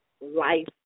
Life